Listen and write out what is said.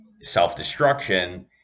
self-destruction